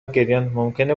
گریانممکنه